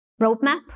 roadmap